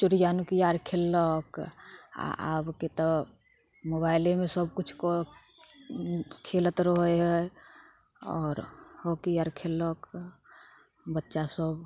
चोरिया नुकिया आर खेललक आ आबके तऽ मोबाइलेमे सभकिछुके खेलैत रहै हइ आओर हॉकी आर खेललक बच्चा सभ